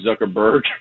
zuckerberg